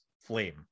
flame